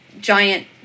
giant